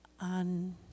on